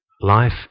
life